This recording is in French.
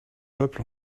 peuple